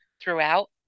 throughout